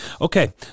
okay